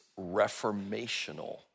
reformational